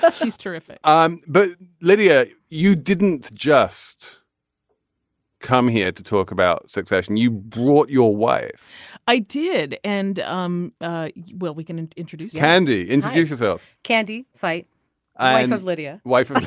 but she's terrific um but lydia you didn't just come here to talk about succession you brought your wife i did and. um ah well we can introduce candy introduce yourself candy fight and with lydia wife